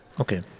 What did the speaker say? Okay